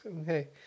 okay